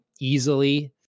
easily